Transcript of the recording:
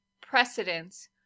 precedence